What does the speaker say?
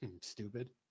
Stupid